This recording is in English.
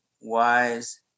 wise